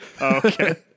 okay